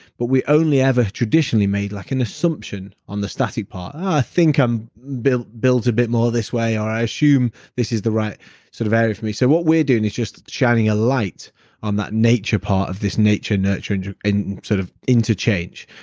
but we only ever traditionally made like an assumption on the static part. i think i'm built built a bit more this way, or i assume this is the right sort of area for me. so what we're doing is just shining a light on that nature part of this nature-nurturing and sort of interchange.